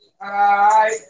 Hi